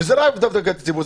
וזה לאו דווקא נגד הציבור,